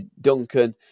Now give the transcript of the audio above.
Duncan